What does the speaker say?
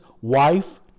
wife